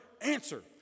answer